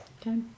Okay